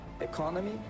Economy